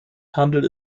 handelt